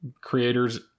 creators